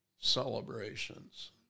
celebrations